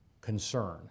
concern